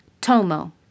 Tomo